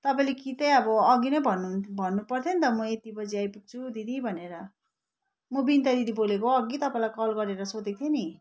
तपाईँले कि चाहिँ अब अघि नै भन्नु भन्नु पर्थ्यो नि त म यति बजी आइपुग्छु दिदी भनेर म बिनिता दिदी बोलेको अघि तपाईँलाई कल गरेर सोधेको थिएँ नि